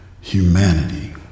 humanity